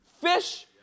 fish